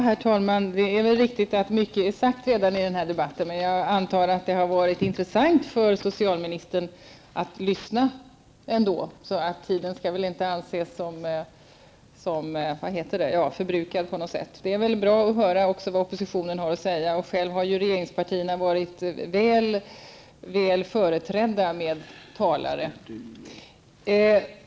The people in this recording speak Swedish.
Herr talman! Det är riktigt att mycket redan har sagts i denna debatt, men det har väl ändå varit intressant för socialministern att lyssna. Så tiden skall väl inte anses som förbrukad. Det är bra att höra vad oppositionen har att säga. Själva har regeringspartierna varit väl företrädda med talare.